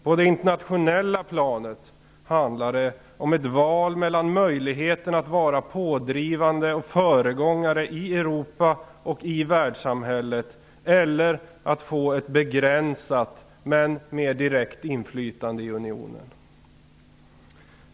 På det internationella planet handlar det om ett val mellan möjligheten att vara pådrivande och föregångare i Europa, i hela världssamfundet, och ett begränsat men mer direkt inflytande i unionen.